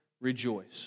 rejoice